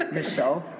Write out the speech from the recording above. Michelle